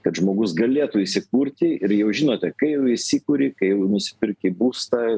kad žmogus galėtų įsikurti ir jau žinote kai jau įsikuri kai jau nusiperki būstą